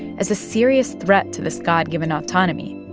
as a serious threat to this god-given autonomy,